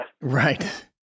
Right